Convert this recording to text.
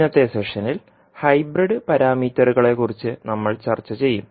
ഇന്നത്തെ സെഷനിൽ ഹൈബ്രിഡ് പാരാമീറ്ററുകളെക്കുറിച്ച് നമ്മൾ ചർച്ച ചെയ്യും